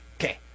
Okay